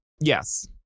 Yes